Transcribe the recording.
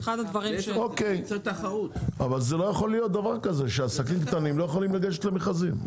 לא יכול להיות דבר כזה שעסקים קטנים לא יכולים לגשת למכרזים.